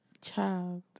Child